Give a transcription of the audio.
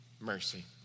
mercy